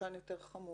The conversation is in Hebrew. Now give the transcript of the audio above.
שחלקן יותר חמורות,